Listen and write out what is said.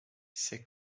ces